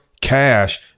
cash